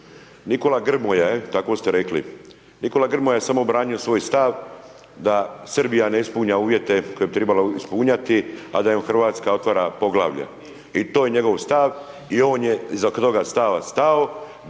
Nikola Grmoja je samo obranio svoj stav, da Srbija ne ispunjava uvjete, koje bi trebala ispunjavati, a da im Hrvatska otvora poglavlje. I to je njegov stav i on je iza …/Govornik se